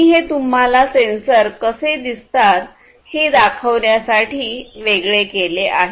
मी हे तुम्हाला सेंसर कसे दिसतात हे दाखवण्यासाठी वेगळे केले आहेत